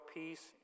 peace